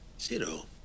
Zero